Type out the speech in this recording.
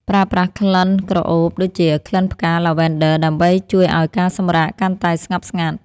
ប្រើប្រាស់ក្លិនក្រអូប ដូចជាក្លិនផ្កាឡាវែនឌ័រ ដើម្បីជួយឱ្យការសម្រាកកាន់តែស្ងប់ស្ងាត់។